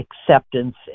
acceptance